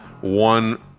one